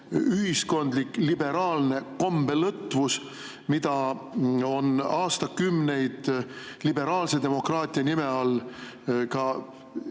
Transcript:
ühiskondlik liberaalne kombelõtvus, mida on aastakümneid liberaalse demokraatia nime